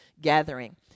gathering